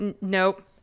Nope